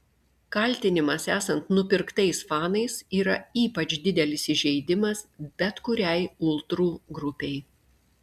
kaltinimas esant nupirktais fanais yra ypač didelis įžeidimas bet kuriai ultrų grupei